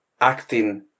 acting